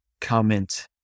comment